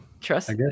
Trust